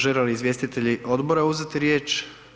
Žele li izvjestitelji odbora uzeti riječ?